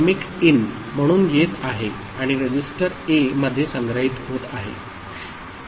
क्रमिक इन म्हणून येत आहे आणि रजिस्टर ए मध्ये संग्रहित होत आहे